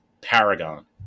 paragon